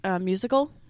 musical